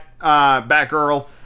Batgirl